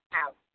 out